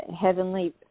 heavenly